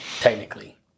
Technically